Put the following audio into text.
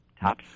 Top